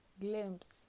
glimpse